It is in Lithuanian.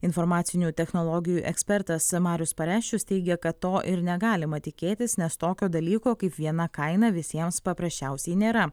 informacinių technologijų ekspertas marius pareščius teigia kad to ir negalima tikėtis nes tokio dalyko kaip viena kaina visiems paprasčiausiai nėra